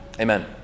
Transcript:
Amen